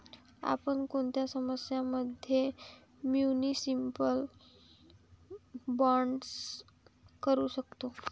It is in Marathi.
आपण कोणत्या समस्यां मध्ये म्युनिसिपल बॉण्ड्स वापरू शकतो?